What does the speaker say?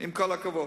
עם כל הכבוד.